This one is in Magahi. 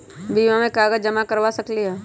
बीमा में कागज जमाकर करवा सकलीहल?